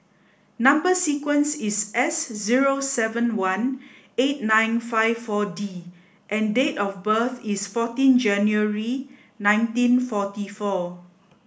number sequence is S zero seven one eight nine five four D and date of birth is fourteen January nineteen forty four